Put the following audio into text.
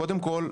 קודם כל,